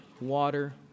water